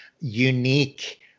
unique